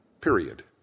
Period